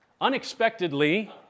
unexpectedly